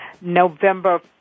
November